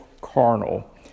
carnal